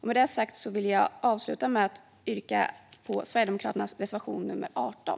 Med det sagt vill jag avsluta med att yrka bifall till Sverigedemokraternas reservation nummer 18.